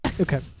Okay